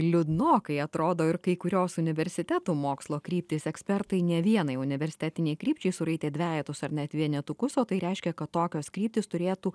liūdnokai atrodo ir kai kurios universitetų mokslo kryptys ekspertai ne vienai universitetinei krypčiai suraitė dvejetus ar net vienetukus o tai reiškia kad tokios kryptys turėtų